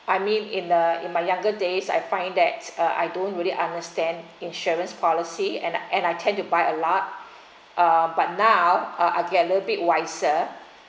I mean in the in my younger days I find that uh I don't really understand insurance policy and and I tend to buy a lot uh but now uh I get a little bit wiser